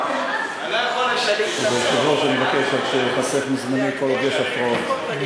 אני רק מבקש שייחסך מזמני כל עוד יש הפרעות.